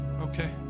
okay